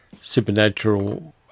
supernatural